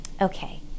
okay